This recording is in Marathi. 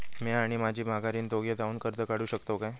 म्या आणि माझी माघारीन दोघे जावून कर्ज काढू शकताव काय?